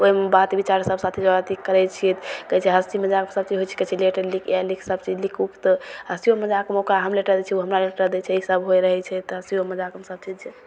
ओहिमे बात विचार सब साथी सोराथी करै छिए तऽ कहै छै हँसी मजाकमे सबचीज होइ छिकै कहै छै लेटर लिखिए लिखि सबचीज लिखि उखि तऽ हँसिओ मजाकमे ओकरा हम लेटर दै छिए ओ हमरा लेटर दै छै ईसब होइ रहै छै तऽ हँसिओ मजाकमे सबचीज